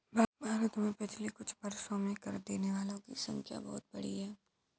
भारत में पिछले कुछ वर्षों में कर देने वालों की संख्या बहुत बढ़ी है